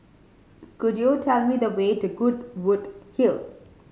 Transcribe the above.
could you tell me the way to Goodwood Hill